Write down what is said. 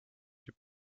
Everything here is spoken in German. die